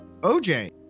OJ